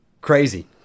crazy